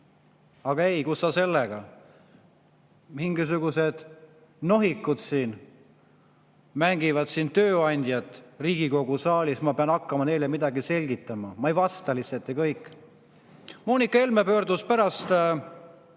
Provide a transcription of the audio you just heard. Aga ei, kus sa sellega! "Mingisugused nohikud mängivad tööandjat siin Riigikogu saalis, ma pean hakkama neile midagi selgitama. Ma ei vasta lihtsalt, ja